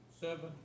seven